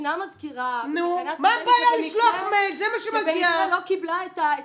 ישנה מזכירה שבמקרה לא קיבלה את המידע.